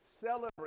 celebrate